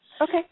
Okay